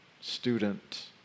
student